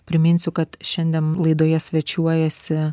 priminsiu kad šiandien laidoje svečiuojasi